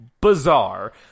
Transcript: bizarre